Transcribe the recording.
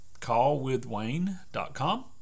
Callwithwayne.com